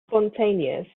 spontaneous